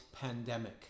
pandemic